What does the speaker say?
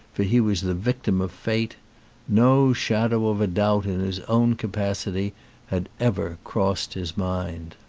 for he was the victim of fate no shadow of a doubt in his own capacity had ever crossed his mind.